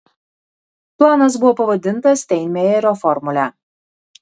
planas buvo pavadintas steinmeierio formule